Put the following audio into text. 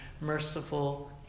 merciful